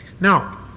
Now